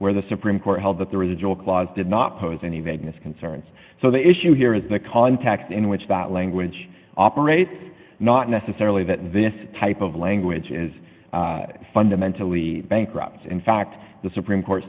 where the supreme court held that there is a joke clause did not pose any vagueness concerns so the issue here is the context in which that language operates not necessarily that this type of language is fundamentally bankrupts in fact the supreme court